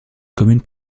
commune